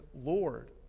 Lord